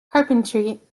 carpentry